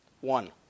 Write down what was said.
One